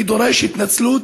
אני דורש התנצלות